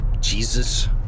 Jesus